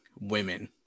women